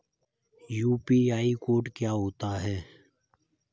UPI code क्या होता है?